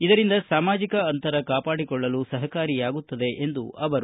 ಇದರಿಂದ ಸಾಮಾಜಿಕ ಅಂತರವನ್ನು ಕಾಪಾಡಿಕೊಳ್ಳಲು ಸಹಕಾರಿಯಾಗುತ್ತದೆ ಎಂದರು